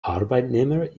arbeitnehmer